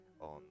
on